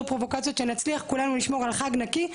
פרובוקציות ונצליח כולנו לשמור על חג נקי.